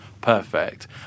perfect